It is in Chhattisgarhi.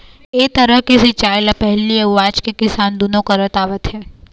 ए तरह के सिंचई ल पहिली अउ आज के किसान दुनो करत आवत हे